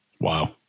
Wow